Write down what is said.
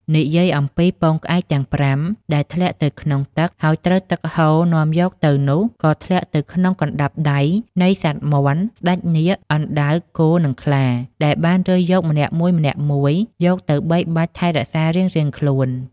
និយាយអំពីពងក្អែកទាំង ៥ ដែលធ្លាក់ទៅក្នុងទឹក ហើយត្រូវទឹកហូរនាំយកទៅនោះ ក៏ទៅធ្លាក់នៅក្នុង កណ្តាប់ដៃនៃសត្វមាន់ ស្តេចនាគ អណ្ដើក គោ និង ខ្លា ដែលបានរើសយកម្នាក់មួយៗ យកទៅបីបាច់ថែ រក្សារៀងៗខ្លួន។